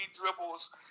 dribbles